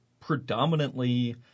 predominantly